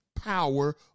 power